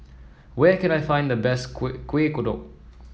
where can I find the best Kuih Kuih Kodok